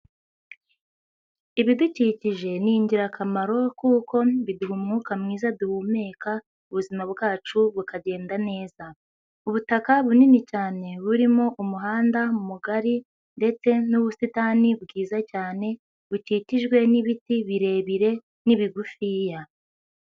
Ibidukikije ni ingirakamaro kuko biduha umwuka mwiza duhumeka ubuzima bwacu bukagenda neza, ubutaka bunini cyane burimo umuhanda mugari ndetse n'ubusitani bwiza cyane bukikijwe n'ibiti birebire n'ibigufiya.